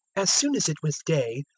as soon as it was day,